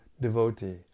devotee